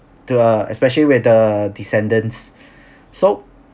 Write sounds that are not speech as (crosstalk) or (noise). to uh especially with the descendants (breath) so